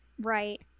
Right